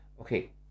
Okay